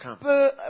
Peut